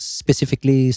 specifically